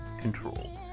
Control